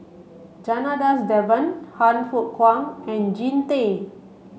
Janadas Devan Han Fook Kwang and Jean Tay